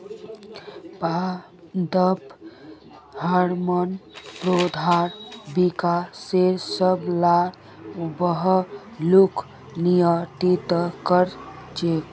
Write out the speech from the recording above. पादप हार्मोन पौधार विकासेर सब ला पहलूक नियंत्रित कर छेक